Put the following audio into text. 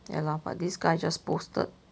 ya lah but this guy just posted